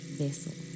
vessel